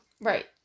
Right